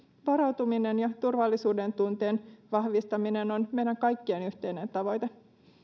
varautuminen ja turvallisuudentunteen vahvistaminen on meidän kaikkien yhteinen tavoite